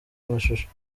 amashusho